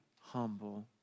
humble